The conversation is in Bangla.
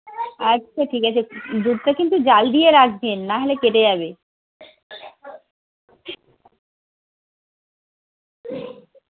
আচ্ছা ঠিক আছে দুধটা কিন্তু জাল দিয়ে রাখবেন নাহলে কেটে যাবে